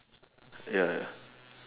ya ya